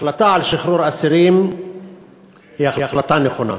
ההחלטה על שחרור אסירים היא החלטה נכונה.